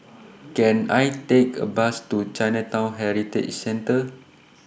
Can I Take A Bus to Chinatown Heritage Centre